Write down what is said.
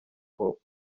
hop